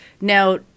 Now